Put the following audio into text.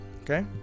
okay